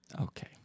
Okay